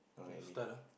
eh start ah